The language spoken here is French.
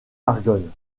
argonne